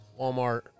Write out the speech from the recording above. Walmart